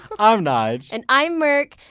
i'm nyge and i'm merk.